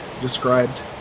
described